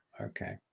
okay